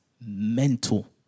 mental